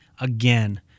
again